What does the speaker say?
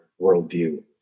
worldview